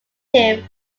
him